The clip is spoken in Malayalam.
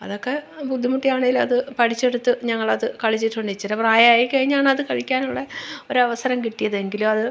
അതൊക്കെ ബുദ്ധിമുട്ടിയാണേലത് പഠിച്ചെടുത്ത് ഞങ്ങളത് കളിച്ചിട്ടുണ്ടിച്ചിര പ്രായമായി കഴിഞ്ഞാണത് കളിക്കാനുള്ള ഒരവസരം കിട്ടിയതെങ്കിലും അത്